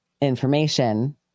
information